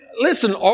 listen